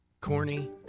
Corny